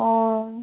ꯑꯣ